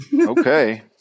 Okay